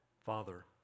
Father